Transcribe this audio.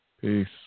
Peace